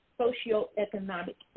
socioeconomic